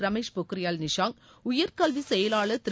ரமேஷ் பொக்ரியால் நிஷாங்க் உயர் கல்வி செயலாளர் திரு